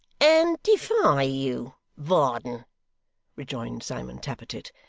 and defy you, varden rejoined simon tappertit.